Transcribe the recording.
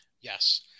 Yes